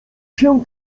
się